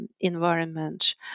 environment